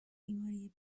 بیماری